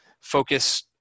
focus